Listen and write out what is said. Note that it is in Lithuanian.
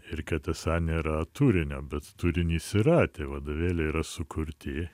ir kad esą nėra turinio bet turinys yra tie vadovėliai yra sukurti